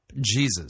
Jesus